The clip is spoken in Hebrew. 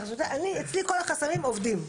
אצלי כל החסמים עובדים",